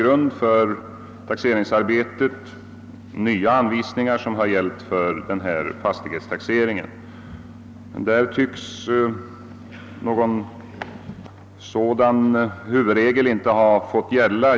grund för taxeringsarbetet, men där tycks inte någon sådan huvudregel gälla.